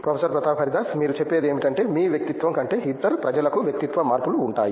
professor Pratap Haridas మీరు చెప్పేది ఏమిటంటే మీ వ్యక్తిత్వం కంటే ఇతర ప్రజలలో వ్యక్తిత్వ మార్పులు ఉంటాయి